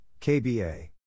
KBA